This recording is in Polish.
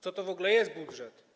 Co to w ogóle jest budżet?